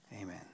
Amen